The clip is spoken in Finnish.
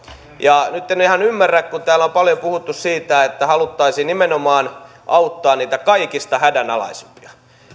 ja nyt en ihan ymmärrä kun täällä on paljon puhuttu siitä että haluttaisiin nimenomaan auttaa niitä kaikista hädänalaisimpia